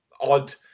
odd